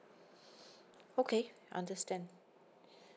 okay I understand